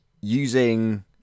using